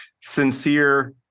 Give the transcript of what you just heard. sincere